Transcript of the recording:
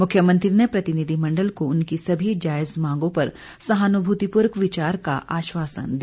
मुख्यमंत्री ने प्रतिनिधिमंडल को उनकी सभी जायज मांगों पर सहानुभूतिपूर्वक विचार का आश्वासन दिया